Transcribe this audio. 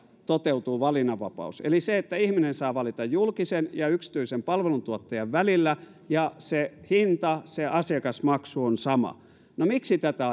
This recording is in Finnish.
toteutuu valinnanvapaus eli se että ihminen saa valita julkisen ja yksityisen palveluntuottajan välillä ja hinta se asiakasmaksu on sama no miksi tätä